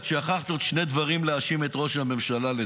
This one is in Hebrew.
את שכחת להאשים את ראש הממשלה בעוד שני דברים,